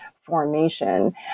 formation